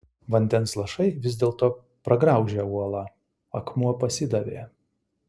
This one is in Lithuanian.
vandens lašai vis dėlto pragraužė uolą akmuo pasidavė